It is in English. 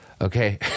okay